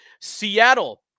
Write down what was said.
Seattle